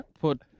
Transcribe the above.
put